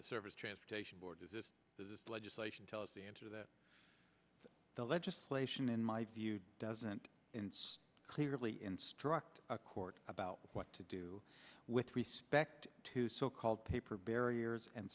the service transportation board is is this legislation tell us the answer that the legislation in my view doesn't clearly instruct a court about what to do with respect to so called paper barriers and